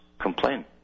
complain